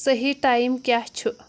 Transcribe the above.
صحیح ٹایم کیٛاہ چھُ